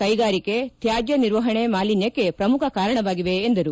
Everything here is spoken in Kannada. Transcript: ಕೈಗಾರಿಕೆ ತ್ಯಾಜ್ಯ ನಿರ್ವಹಣೆ ಮಾಲಿನ್ಯಕ್ಕೆ ಪ್ರಮುಖ ಕಾರಣವಾಗಿವೆ ಎಂದರು